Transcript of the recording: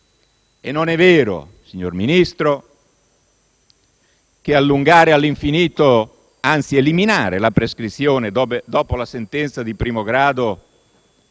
E non è vero, signor Ministro, che allungare all'infinito, anzi eliminare la prescrizione dopo la sentenza di primo grado,